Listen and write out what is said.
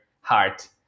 heart